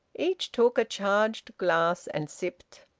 each took a charged glass and sipped.